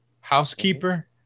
Housekeeper